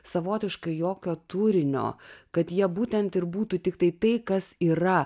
savotiškai jokio turinio kad jie būtent ir būtų tiktai tai kas yra